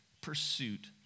pursuit